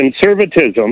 conservatism